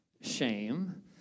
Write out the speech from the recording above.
shame